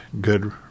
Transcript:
good